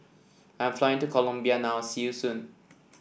I'm flying to Colombia now see you soon